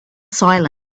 silent